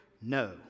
no